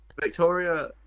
Victoria